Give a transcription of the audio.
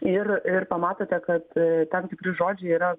ir ir pamatote kad tam tikri žodžiai yra